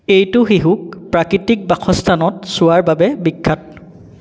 এইটো শিহুক প্ৰাকৃতিক বাসস্থানত চোৱাৰ বাবে বিখ্যাত